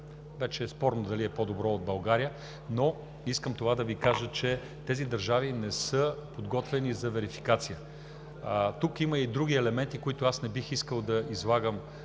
вече е спорно дали е по-добро от това, което е в България, но искам да Ви кажа, че тези държави не са подготвени за верификация. Тук има и други елементи, които не бих искал да излагам